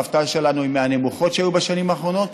האבטלה שלנו היא מהנמוכות שהיו בשנים האחרונות.